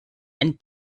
and